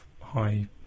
high